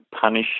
punish